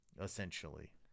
essentially